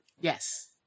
yes